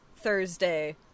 Thursday